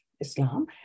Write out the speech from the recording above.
Islam